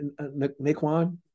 Naquan